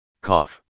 cough